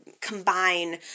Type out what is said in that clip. combine